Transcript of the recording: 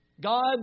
God